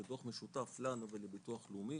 זה דוח משותף לנו ולביטוח לאומי